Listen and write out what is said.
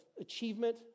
achievement